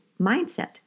mindset